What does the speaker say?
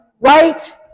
Right